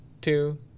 two